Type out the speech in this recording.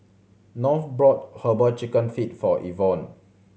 North brought Herbal Chicken Feet for Ivonne